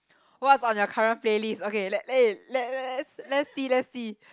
what's on your current playlist okay let eh let let let let's let's see let's see